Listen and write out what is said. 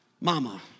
mama